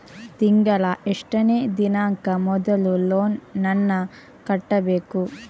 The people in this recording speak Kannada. ತಿಂಗಳ ಎಷ್ಟನೇ ದಿನಾಂಕ ಮೊದಲು ಲೋನ್ ನನ್ನ ಕಟ್ಟಬೇಕು?